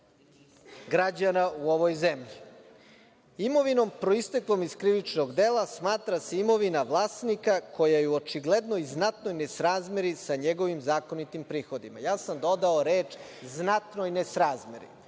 građana u ovoj zemlji. Imovinom proisteklom iz krivičnog dela smatra se imovina vlasnika koja je očiglednoj znatnoj nesrazmeri sa njegovim zakonitim prihodima. Dodao sam reč – znatnoj nesrazmeri. Vi